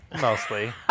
Mostly